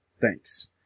Thanks